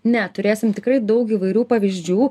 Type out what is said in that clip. ne turėsim tikrai daug įvairių pavyzdžių